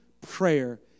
prayer